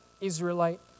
Israelite